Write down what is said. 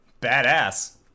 Badass